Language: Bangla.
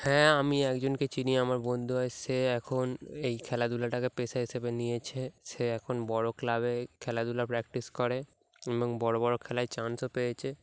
হ্যাঁ আমি একজনকে চিনি আমার বন্ধু হয় সে এখন এই খেলাধুলাটাকে পেশা হিসেবে নিয়েছে সে এখন বড়ো ক্লাবে খেলাধুলা প্র্যাকটিস করে এবং বড় বড়ো খেলায় চান্সও পেয়েছে